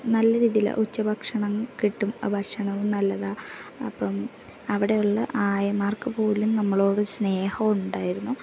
നല്ല രീതിയിൽ ഉച്ചഭക്ഷണം കിട്ടും ഭക്ഷണവും നല്ലതാണ് അപ്പം അവിടെയുള്ള ആയമാർക്ക് പോലും നമ്മളോടു സ്നേഹമുണ്ടായിരുന്നു